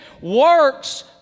Works